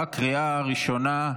בקריאה הראשונה.